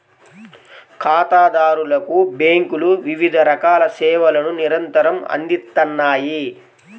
ఖాతాదారులకు బ్యేంకులు వివిధ రకాల సేవలను నిరంతరం అందిత్తన్నాయి